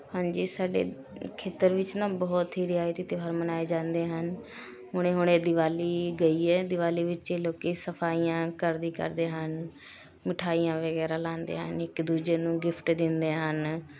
ਹਾਂਜੀ ਸਾਡੇ ਖੇਤਰ ਵਿੱਚ ਨਾ ਬਹੁਤ ਹੀ ਰਿਆਇਤੀ ਤਿਉਹਾਰ ਮਨਾਏ ਜਾਂਦੇ ਹਨ ਹੁਣੇ ਹੁਣੇ ਦੀਵਾਲੀ ਗਈ ਹੈ ਦੀਵਾਲੀ ਵਿੱਚ ਲੋਕੀ ਸਫ਼ਾਈਆਂ ਕਰਦੀ ਕਰਦੇ ਹਨ ਮਿਠਾਈਆਂ ਵਗੈਰਾ ਲਾਉਂਦੇ ਹਨ ਇੱਕ ਦੂਜੇ ਨੂੰ ਗਿਫਟ ਦਿੰਦੇ ਹਨ